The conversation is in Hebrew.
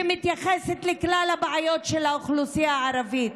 שמתייחסת לכלל הבעיות של האוכלוסייה הערבית.